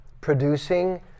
Producing